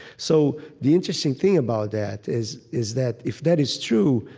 so the interesting thing about that is is that, if that is true,